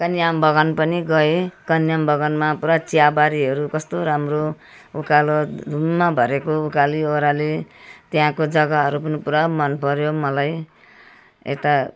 कन्याम बगान पनि गएँ कन्याम बगानमा पुरा चियाबारीहरू कस्तो राम्रो उकालो धुम्म भरेको उकालो ओह्रालो त्यहाँको जगाहरू पनि पुरा मन पऱ्यो मलाई यता